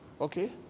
Okay